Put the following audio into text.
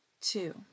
two